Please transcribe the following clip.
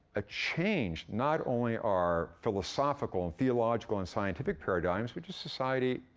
ah changed not only our philosophical and theological and scientific paradigms, but just society,